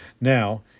now